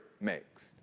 makes